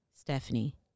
Stephanie